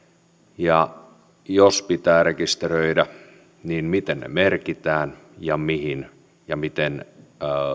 ja jos pitää rekisteröidä niin miten ne merkitään ja mihin ja miten